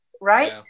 Right